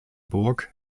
burg